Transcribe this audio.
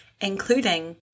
including